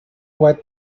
what